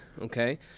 okay